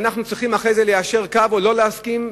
ואנחנו צריכים אחרי זה ליישר קו או לא להסכים.